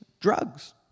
drugs